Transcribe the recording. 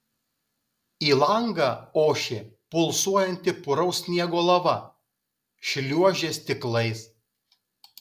į langą ošė pulsuojanti puraus sniego lava šliuožė stiklais